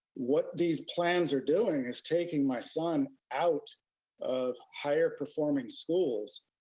what these plans are doing is taking my son out of higher performing schools,